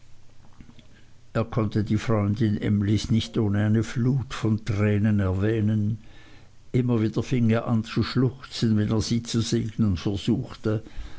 er konnte die freundin emlys nicht ohne eine flut von tränen erwähnen immer wieder fing er an zu schluchzen wenn er sie zu segnen versuchte